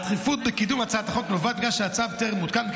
הדחיפות בקידום הצעת החוק נובעת מכך שהצו טרם הותקן,